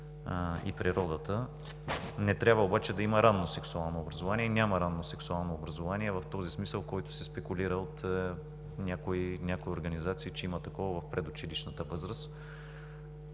и природата“. Не трябва обаче да има ранно сексуално образование и няма такова в този смисъл, в който се спекулира от някои организации – че има такова в предучилищната възраст.